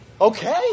Okay